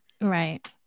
right